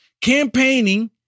campaigning